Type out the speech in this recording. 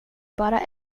bara